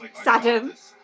Saddam